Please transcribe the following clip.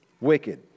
wicked